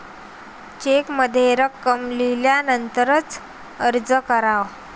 चेकमध्ये रक्कम लिहिल्यानंतरच अर्ज करावा